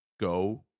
go